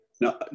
No